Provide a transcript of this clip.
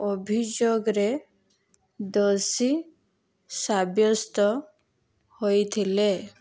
ଅଭିଯୋଗରେ ଦୋଷୀ ସାବ୍ୟସ୍ତ ହୋଇଥିଲେ